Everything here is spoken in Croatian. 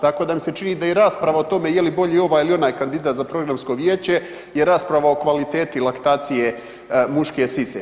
Tako da mi se čini da i rasprava o tome je li bolji ovaj ili onaj kandidat za programsko vijeće je rasprava o kvaliteti laktacije muške sise.